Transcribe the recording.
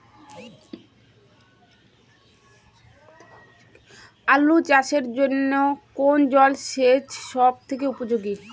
আলু চাষের জন্য কোন জল সেচ সব থেকে উপযোগী?